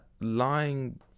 lying